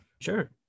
Sure